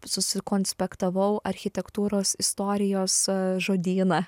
susikonspektavau architektūros istorijos žodyną